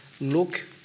look